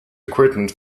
recruitment